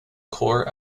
core